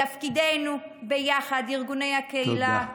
תפקידנו ביחד: ארגוני הקהילה,